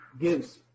gives